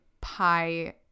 pie